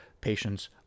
patients